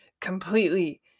completely